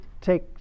take